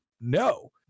no